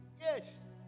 Yes